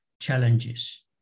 challenges